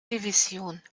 division